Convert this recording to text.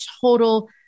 total